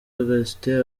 augustin